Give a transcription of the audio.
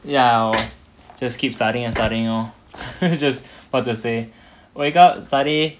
ya lor just keep studying and studying lor just what to say wake up study